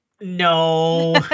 No